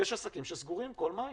יש עסקים שסגורים כל מאי.